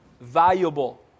valuable